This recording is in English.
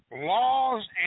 Laws